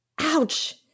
Ouch